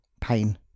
pain